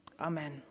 Amen